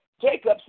Jacob